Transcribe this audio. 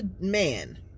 man